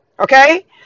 Okay